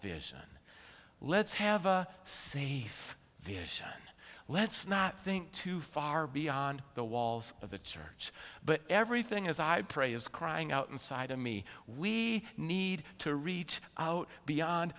vision let's have a safe vision let's not think too far beyond the walls of the church but everything as i pray is crying out inside of me we need to reach out beyond